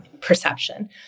perception